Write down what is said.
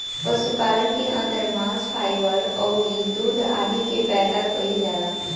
पशुपालन के अंदर मांस, फाइबर अउरी दूध आदि के पैदा कईल जाला